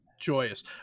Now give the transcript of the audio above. joyous